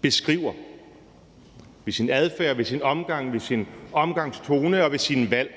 beskriver ved sin adfærd, ved sin omgang, ved sin omgangstone og ved sine valg.